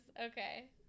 Okay